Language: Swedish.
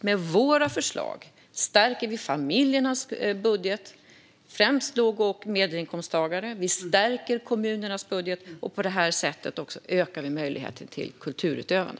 Med våra förslag stärker vi familjernas budget - främst när det gäller låg och medelinkomsttagare - och kommunernas budget. På detta sätt ökar vi också möjligheten till kulturutövande.